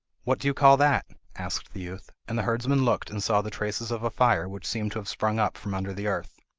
what do you call that asked the youth. and the herdsman looked and saw the traces of a fire, which seemed to have sprung up from under the earth.